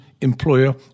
employer